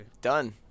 Done